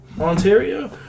Ontario